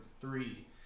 three